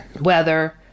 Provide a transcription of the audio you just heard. weather